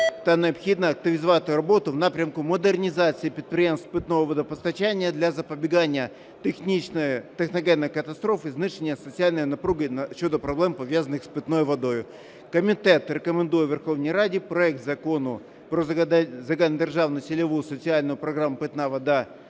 та необхідно активізувати роботу в напрямку модернізації підприємств з питного водопостачання для запобігання технічної, техногенної катастрофи, знищення соціальної напруги щодо проблем, пов'язаних з питною водою. Комітет рекомендує Верховній Раді проект Закону про Загальнодержавну цільову соціальну програму "Питна вода